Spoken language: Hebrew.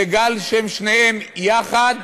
וגם כשהם שניהם יחד,